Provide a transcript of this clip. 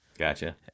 gotcha